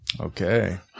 Okay